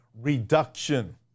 reduction